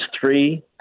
three